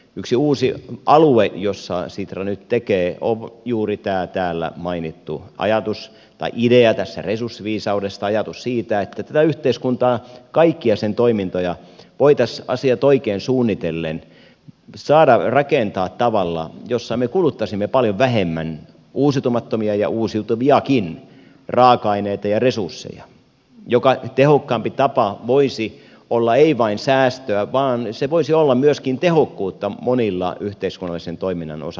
yksi uusi alue jossa sitra nyt tekee on juuri tämä täällä mainittu ajatus tai idea tästä resurssiviisaudesta ajatus siitä että tätä yhteiskuntaa kaikkia sen toimintoja voitaisiin asiat oikein suunnitellen saada rakentaa tavalla jossa me kuluttaisimme paljon vähemmän uusiutumattomia ja uusiutuviakin raaka aineita ja resursseja joka tehokkaampi tapa voisi olla ei vain säästöä vaan se voisi olla myöskin tehokkuutta monilla yhteiskunnallisen toiminnan osa alueilla